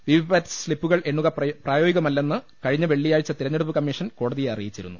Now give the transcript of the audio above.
VVPAT സ്ലിപ്പുകൾ എണ്ണുക പ്രായോഗികമല്ലെന്ന് കഴിഞ്ഞ വെള്ളി യാഴ്ച തെരഞ്ഞെടുപ്പ് കമ്മീഷൻ കോടതിയെ അറിയി ച്ചിരുന്നു